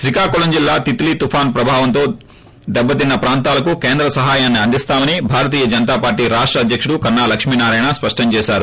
శ్రీకాకుళం జిల్లాలో తిల్లీ తుపాను ప్రభావంతో దెబ్బతిన్న ప్రాంతాలకు కేంద్ర సహాయాన్ని అందిస్తామని భారతీయ జనతాపార్టీ రాష్ట అధ్యకుడు కన్నా లక్ష్మీనారాయణ స్పష్టం చేశారు